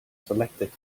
selected